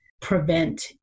prevent